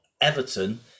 Everton